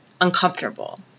uncomfortable